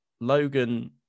Logan